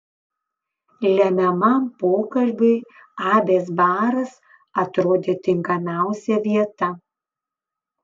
lemiamam pokalbiui abės baras atrodė tinkamiausia vieta